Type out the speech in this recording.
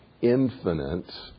infinite